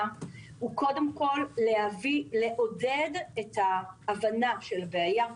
הוא קודם כול לעודד את ההבנה של הבעיה,